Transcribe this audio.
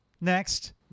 next